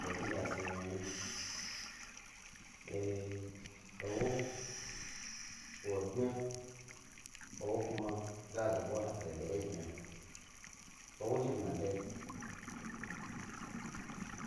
Ɓa bi ndye a snu mi yna hni e ewoye wo bmya, ewo kuma ga du ewo zhi gbmadayi